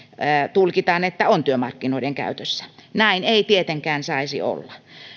tulkitaan että on työmarkkinoiden käytössä näin ei tietenkään saisi olla